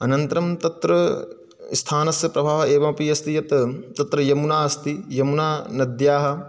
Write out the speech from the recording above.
अनन्तरं तत्र स्थानस्य प्रभावः एवमपि अस्ति यत् तत्र यमुना अस्ति यमुना नद्याः